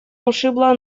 ушибла